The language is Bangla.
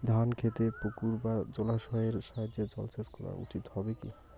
ধান খেতে পুকুর বা জলাশয়ের সাহায্যে জলসেচ করা উচিৎ হবে কি?